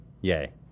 Yay